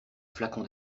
flacon